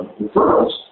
referrals